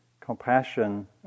compassion